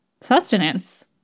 sustenance